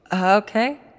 Okay